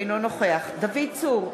אינו נוכח דוד צור,